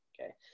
Okay